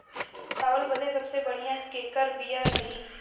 महीन चावल बदे सबसे बढ़िया केकर बिया रही?